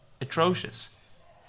atrocious